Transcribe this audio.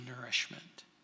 nourishment